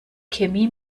chemie